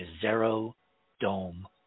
zero-dome